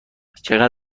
چقدر